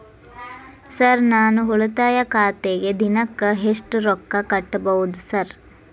Sir ನಾನು ಉಳಿತಾಯ ಖಾತೆಗೆ ದಿನಕ್ಕ ಎಷ್ಟು ರೊಕ್ಕಾ ಕಟ್ಟುಬಹುದು ಸರ್?